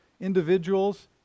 individuals